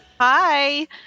Hi